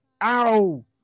Ow